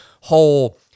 whole